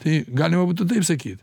tai galima būtų taip sakyt